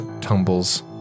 tumbles